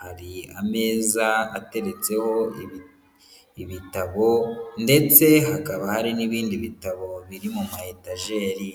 Hari ameza ateretseho ibitabo, ndetse hakaba hari n'ibindi bitabo biri mu mata etejeri.